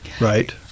right